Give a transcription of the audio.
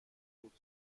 بود